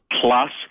plus